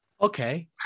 okay